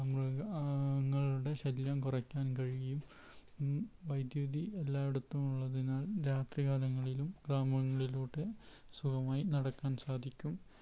മൃഗങ്ങളുടെ ശല്യം കുറയ്ക്കാൻ കഴിയും വൈദ്യുതി എല്ലായിടത്തും ഉള്ളതിനാൽ രാത്രികാലങ്ങളിലും ഗ്രാമങ്ങളിലോട്ട് സുഗമമാ യി നടക്കാൻ സാധിക്കും